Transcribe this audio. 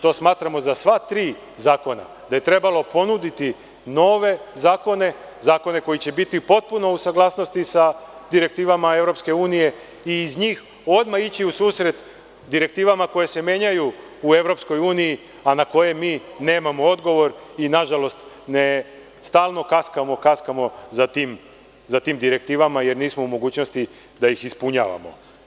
To mislimo za sva tri zakona, da je trebalo ponuditi nove zakone, zakone koji će biti potpuno u saglasnosti sa direktivama EU i iz njih odmah ići u susret direktivama koje se menjaju u EU, a na koje mi nemamo odgovor i, nažalost, stalno kaskamo za tim direktivama, jer nismo u mogućnosti da ih ispunjavamo.